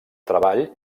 treball